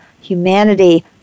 Humanity